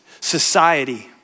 society